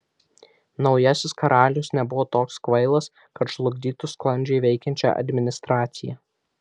naujasis karalius nebuvo toks kvailas kad žlugdytų sklandžiai veikiančią administraciją